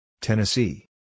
Tennessee